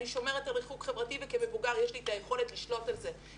אני שומרת על ריחוק חברתי וכמבוגר יש לי את היכולת לשלוט על זה.